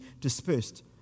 dispersed